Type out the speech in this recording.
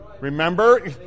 Remember